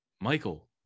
michael